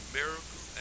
miracle